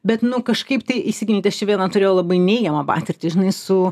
bet nu kažkaip tai įsigilint aš čia vieną turėjau labai neigiamą patirtį žinai su